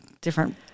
different